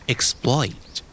Exploit